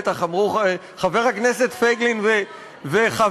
בטח אמרו חבר הכנסת פייגלין וחבריו.